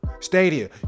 stadia